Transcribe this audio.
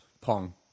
Pong